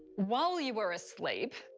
while you were asleep,